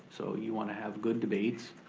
so you wanna have good debates,